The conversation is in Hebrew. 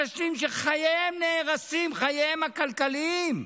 אנשים שחייהם נהרסים, חייהם הכלכליים,